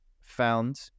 found